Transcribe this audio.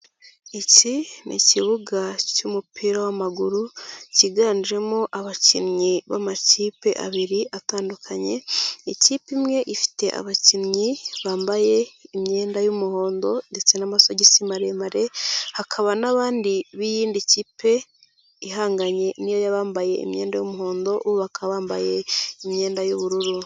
Iki ni ikibuga cy'umupira w'amaguru, kiganjemo abakinnyi b'amakipe abiri atandukanye, ikipe imwe ifite abakinnyi bambaye imyenda y'umuhondo ndetse n'amasogisi maremare, hakaba n'abandi b'iyindi kipe, ihanganye n'iyo y'abambaye imyenda y'umuhondo, bo baka bambaye imyenda y'ubururu.